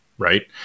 Right